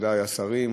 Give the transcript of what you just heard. מכובדי השרים,